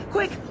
Quick